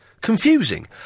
confusing